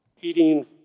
eating